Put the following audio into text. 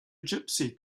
gypsy